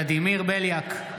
בליאק,